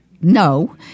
no